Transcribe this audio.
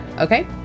Okay